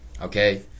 Okay